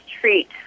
treat